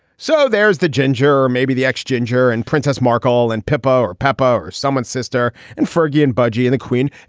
so there's the ginger or maybe the ginger and princess mark all and pipo or papa or someone's sister and fergie and budgie and the queen.